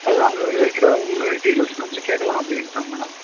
அதான் அது ரிலேட்டடாக உங்கள்கிட்ட டீடெயில்ஸ் கொஞ்சம் கேட்கலாம் அப்படின்ட்டு தான் மேடம்